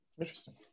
Interesting